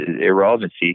Irrelevancy